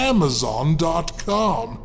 Amazon.com